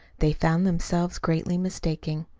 they found themselves greatly mistaken.